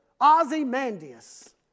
Ozymandias